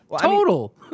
total